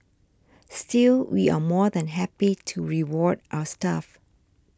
still we are more than happy to reward our staff